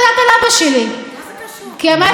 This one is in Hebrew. אסביר לך מה קרה.